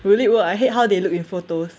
will it work I hate how they look in photos